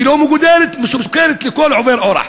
היא לא מגודרת והיא מסוכנת לכל עובר אורח.